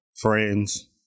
friends